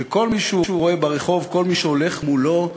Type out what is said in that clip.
שכל מי שהוא רואה ברחוב, כל מי שהוא הולך מולו,